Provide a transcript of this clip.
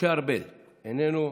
משה ארבל איננו,